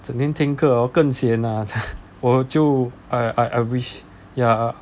整天听课 lor 更 sian lah 我就 I I wish ya